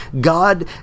God